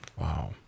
Wow